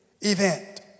event